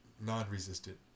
non-resistant